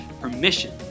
permission